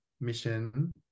mission